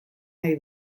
nahi